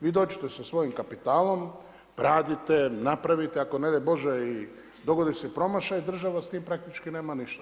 Vi dođete sa svojim kapitalom, radite, napravite ako ne daj Bože dogodi se promašaj država s tim praktički nema ništa.